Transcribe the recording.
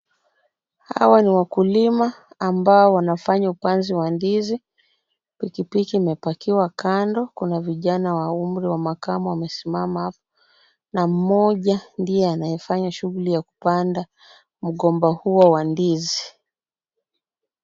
Hawa ni wakulima ambao wanafanya upanzi wa ndizi. Pikipiki imepakiwa kando, kuna vijana wa umri wa makamo wamesimama na mmoja ndiye anayefanya shughuli ya kupanda mbomba huo wa ndizi.